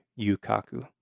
yukaku